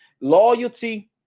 Loyalty